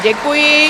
Děkuji.